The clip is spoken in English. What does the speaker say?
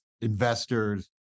investors